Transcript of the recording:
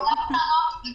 אדוני,